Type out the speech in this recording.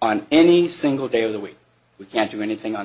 on any single day of the week we can't do anything on